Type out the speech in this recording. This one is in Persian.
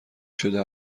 شده